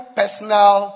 personal